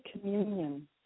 communion